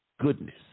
goodness